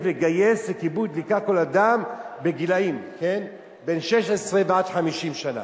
לגייס לכיבוי דלקה כל אדם בגילים בין 16 ועד 50 שנה.